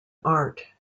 art